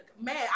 man